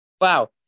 wow